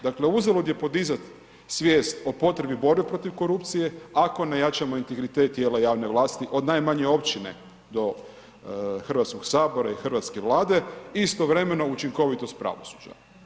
Dakle uzalud je podizati svijest o potrebi borbe protiv korupcije ako ne jačamo integritet tijela javne vlasti od najmanje općine do Hrvatskog sabor i hrvatske Vlade istovremeno i učinkovitost pravosuđa.